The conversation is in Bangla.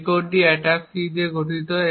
এই কোডটি অ্যাটাক সি নিয়ে গঠিত